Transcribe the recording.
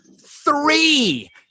three